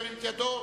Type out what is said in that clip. ירים את ידו.